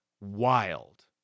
wild